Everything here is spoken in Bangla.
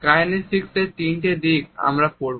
কাইনেসিকস এর তিনটি দিক আমরা পড়ব